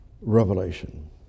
Revelation